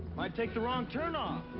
might take the wrong turnoff.